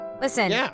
Listen